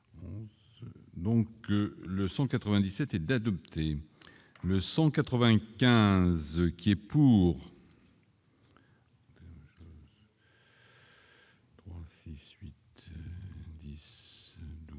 Donc, le 197 et d'adopter le 195 qui est pour.